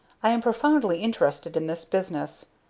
i am profoundly interested in this business.